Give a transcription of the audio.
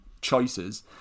choices